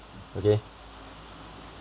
okay